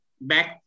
back